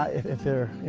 right there,